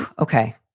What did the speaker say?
ok.